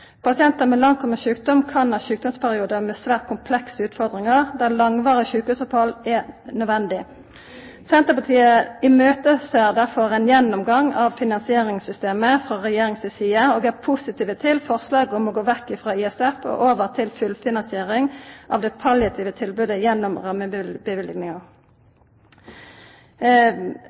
Pasientar med langtkomen sjukdom kan ha sjukdomsperiodar med svært komplekse utfordringar, der langvarige sjukehusopphald er nødvendige. Senterpartiet ser derfor fram til ein gjennomgang av finansieringssystemet frå Regjeringa si side og er positivt til forslaget om å gå vekk frå ISF og over til fullfinansiering av det palliative tilbodet gjennom